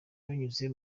binyuze